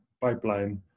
pipeline